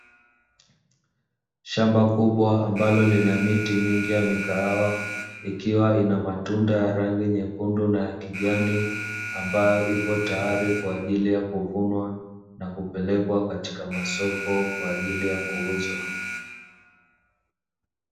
Shamba kubwa ambalo lina miti mingi ya mikahawa, ikiwa ina matunda ya rangi nyekundu na ya kijani, ambayo ipo tayari kwa ajili ya kuvunwa na kupelekwa katika masoko kwa ajili ya kuuzwa.